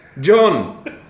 John